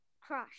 crush